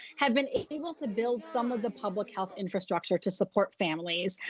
have been able to build some of the public health infrastructure to support families.